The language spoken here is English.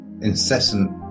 incessant